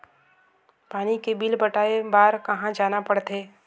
पानी के बिल पटाय बार कहा जाना पड़थे?